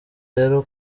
rero